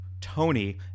Tony